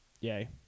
Yay